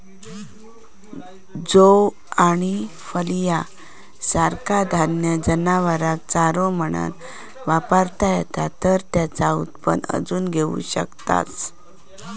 जौ आणि फलिया सारखा धान्य जनावरांका चारो म्हणान वापरता येता तर तेचा उत्पन्न अजून घेऊ शकतास